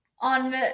on